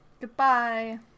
Goodbye